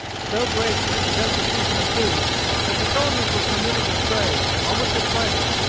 so great was the destitution of food that the soldiers were permitted to stray, almost at pleasure,